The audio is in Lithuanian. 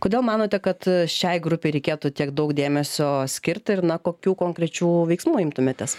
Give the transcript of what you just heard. kodėl manote kad šiai grupei reikėtų tiek daug dėmesio skirt ir na kokių konkrečių veiksmų imtumėtės